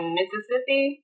mississippi